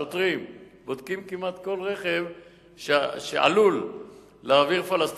בודקים כמעט כל רכב שעלול להעביר פלסטינים.